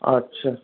আচ্ছা